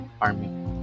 Army